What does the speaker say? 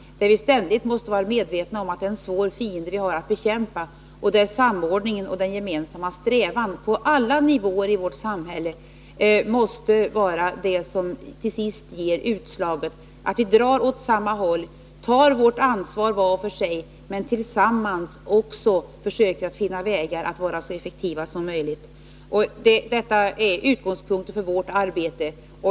Vi måste ständigt vara medvetna om att det är en svår fiende som vi har att bekämpa. Den gemensamma strävan till samordning som finns på alla nivåer i vårt samhälle måste vara det som till sist ger utslaget. Det är viktigt att vi drar åt samma håll. Vi tar var för sig vårt ansvar, men vi måste också tillsammans försöka att finna vägar att vara så effektiva som möjligt. Detta är utgångspunkten för vårt arbete.